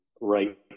right